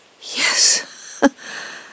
Yes